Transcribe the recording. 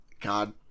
God